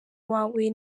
wawe